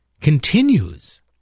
continues